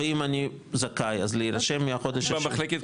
ברור, ואם אני זכאי אז להירשם מהחודש השביעי.